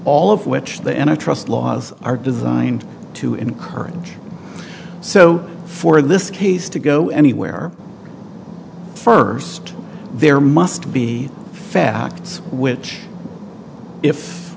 all of which the and i trust laws are designed to encourage so for this case to go anywhere first there must be facts which if